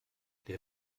der